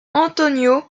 antonio